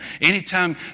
Anytime